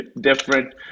different